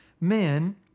men